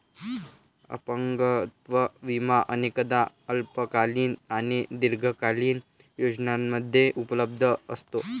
अपंगत्व विमा अनेकदा अल्पकालीन आणि दीर्घकालीन योजनांमध्ये उपलब्ध असतो